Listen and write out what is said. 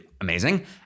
amazing